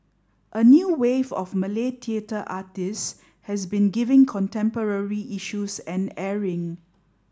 a new wave of Malay theatre artists has been giving contemporary issues an airing